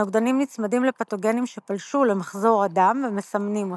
הנוגדנים נצמדים לפתוגנים שפלשו למחזור הדם ומסמנים אותם.